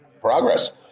progress